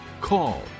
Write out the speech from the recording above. call